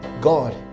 God